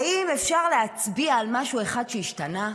האם אפשר להצביע על משהו אחד שהשתנה?